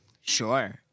Sure